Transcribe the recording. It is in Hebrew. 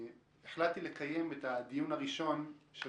החלטתי לקיים את הדיון הראשון של